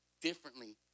differently